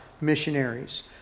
missionaries